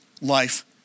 life